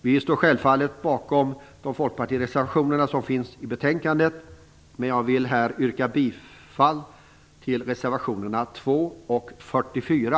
Vi står självfallet bakom de Folkpartireservationer som finns i betänkandet, men jag vill här yrka bifall till reservationerna 2 och 44.